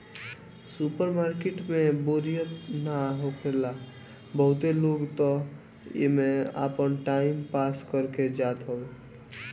super market में बोरियत ना होखेला बहुते लोग तअ एमे आपन टाइम पास करे जात हवे